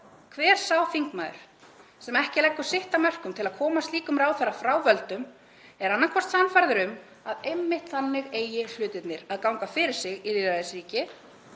hver sá þingmaður sem ekki leggur sitt af mörkum til að koma slíkum ráðherra frá völdum er annaðhvort sannfærður um að einmitt þannig eigi hlutirnir að ganga fyrir sig í lýðræðisríki